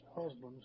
husbands